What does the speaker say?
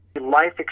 life